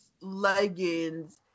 leggings